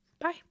Bye